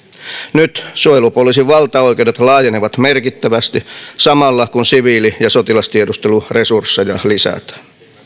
nyt suojelupoliisin valtaoikeudet laajenevat merkittävästi samalla kun siviili ja sotilastiedustelun resursseja lisätään